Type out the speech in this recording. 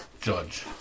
judge